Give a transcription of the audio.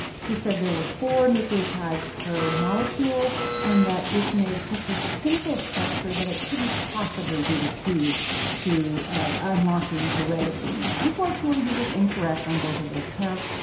he said there were four nucleotides per molecule, and that this made such a simple structure that it couldn't possibly be the key to unlocking heredity. you know, unfortunately, he was incorrect on both of those counts.